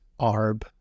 ARB